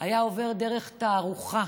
היה עובר דרך תערוכה,